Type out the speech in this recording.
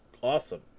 Awesome